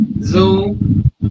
Zoom